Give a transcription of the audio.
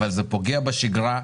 אבל זה פוגע בשגרה,